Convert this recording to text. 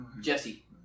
Jesse